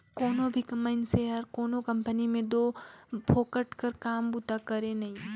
कोनो भी मइनसे हर कोनो कंपनी में दो फोकट कर काम बूता करे नई